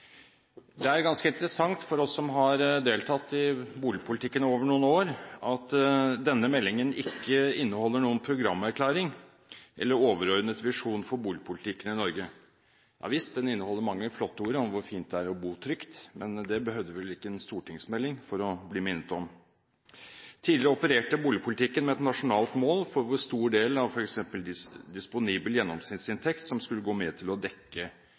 Det er ganske interessant for oss som har deltatt i boligpolitikken over noen år, at denne meldingen ikke inneholder noen programerklæring eller overordnet visjon for boligpolitikken i Norge. Ja visst, den inneholder mange flotte ord om hvor fint det er å bo trygt, men det behøvde vi vel ikke en stortingsmelding for å bli minnet om. Tidligere opererte boligpolitikken med et nasjonalt mål for hvor stor del av f.eks. disponibel gjennomsnittsinntekt som skulle gå med til å dekke